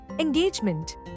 Engagement •